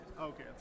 Okay